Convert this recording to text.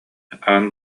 аан